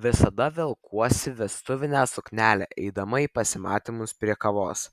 visada velkuosi vestuvinę suknelę eidama į pasimatymus prie kavos